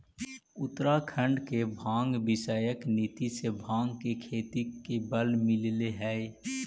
उत्तराखण्ड के भाँग विषयक नीति से भाँग के खेती के बल मिलले हइ